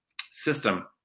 system